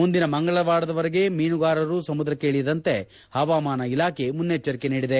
ಮುಂದಿನ ಮಂಗಳವಾರದವರೆಗೆ ಮೀನುಗಾರರು ಸಮುದ್ರಕ್ಕೆ ಇಳಿಯದಂತೆ ಪವಾಮಾನ ಇಲಾಖೆ ಮುನ್ನೆಚ್ಚರಿಕೆ ನೀಡಿದೆ